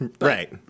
Right